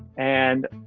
and,